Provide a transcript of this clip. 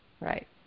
Right